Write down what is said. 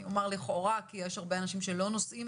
אני אוסיף